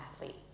athlete